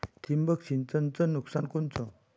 ठिबक सिंचनचं नुकसान कोनचं?